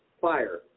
fire